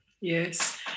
Yes